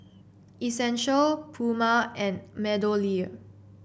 Essential Puma and MeadowLea